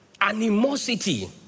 animosity